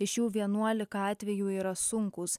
iš jų vienuolika atvejų yra sunkūs